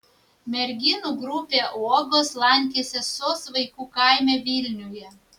merginų grupė uogos lankėsi sos vaikų kaime vilniuje